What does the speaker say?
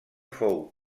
fou